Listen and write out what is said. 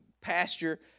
pasture